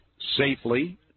safely